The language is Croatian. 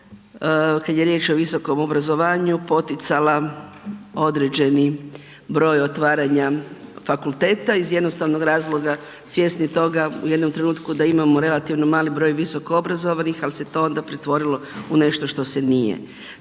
kad je riječ o visokom obrazovanju, poticala određeni broj otvaranja fakulteta iz jednostavnog razloga, svjesni toga u jednom trenutku da imamo relativno mali broj visokoobrazovanih ali se to onda pretvorilo u nešto što se nije